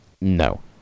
No